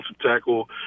tackle